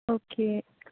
okay